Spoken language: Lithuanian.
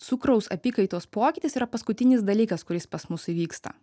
cukraus apykaitos pokytis yra paskutinis dalykas kuris pas mus įvyksta